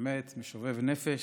באמת משובב נפש,